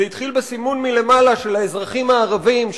זה התחיל בסימון מלמעלה של האזרחים הערבים,